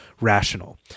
rational